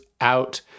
out